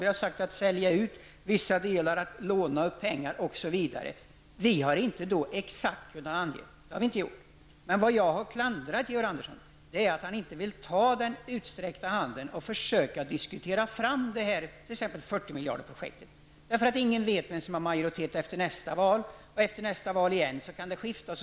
Vi talar också om att sälja ut saker och ting, låna upp pengar osv. Men vi har alltså inte exakt kunnat ange finansieringskällorna. Jag har klandrat Georg Andersson för att han inte vill ta den utsträckta handen och försöka diskutera fram 40-miljardersprojektet. Ingen vet ju vilka partier som är i majoritet efter det kommande valet och inte heller efter valet därpå. Det kan skifta.